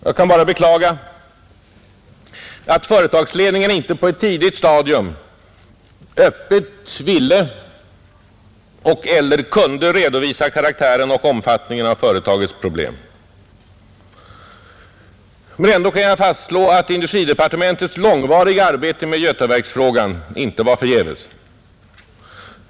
Jag kan bara beklaga att företagsledningen inte på ett tidigt stadium öppet ville eller kunde redovisa karaktären och omfattningen av företagets problem, Jag kan dock fastslå att industridepartementets långvariga arbete med Götaverksfrågan inte varit förgäves.